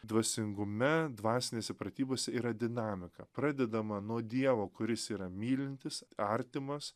dvasingume dvasinėse pratybos yra dinamika pradedama nuo dievo kuris yra mylintis artimas